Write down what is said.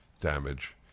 damage